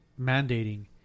mandating